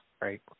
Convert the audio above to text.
right